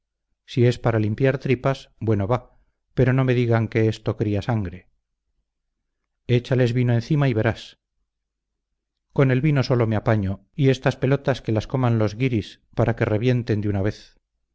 si es para limpiar tripas bueno va pero no me digan que esto cría sangre échales vino encima y verás con el vino solo me apaño y estas pelotas que las coman los guiris para que revienten de una vez